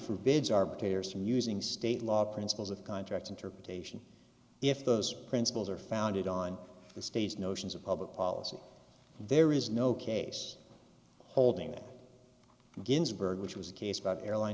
forbids arbitrator's from using state law principles of contracts interpretation if those principles are founded on the state's notions of public policy there is no case holding that ginsburg which was a case about airline